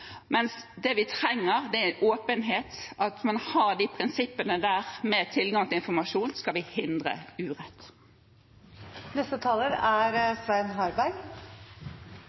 mens det vi trenger, er åpenhet, og at man har de prinsippene der med tilgang til informasjon hvis vi skal hindre